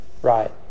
Right